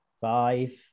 Five